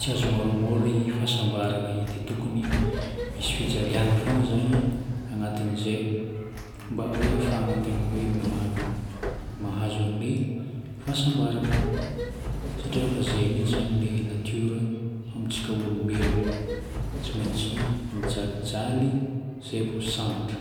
tsy azo moramora io fahasambarana io dia tokony misy fijaliagna fôgna zagny agnatin'izay mba hoe hahafahana tegna hoe mahazo an'ilay fahasambarana. Satria efa zay mihitsy zagny ilay natiora amintsika olombelogno. Tsy maintsy mijalijaly izay vô sambatra.